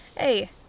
Hey